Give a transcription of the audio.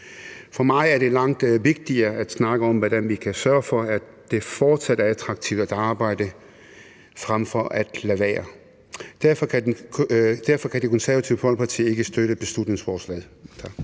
For mig er det langt vigtigere at snakke om, hvordan vi kan sørge for, at det fortsat er attraktivt at arbejde frem for at lade være. Derfor kan Det Konservative Folkeparti ikke støtte beslutningsforslaget.